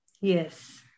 Yes